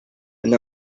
and